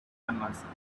conversation